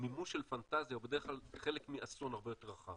מימוש של פנטזיה הוא בדרך כלל חלק מאסון יותר רחב.